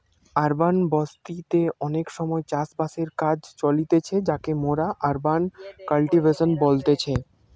urban বসতি তে অনেক সময় চাষ বাসের কাজ চলতিছে যাকে মোরা আরবান কাল্টিভেশন বলতেছি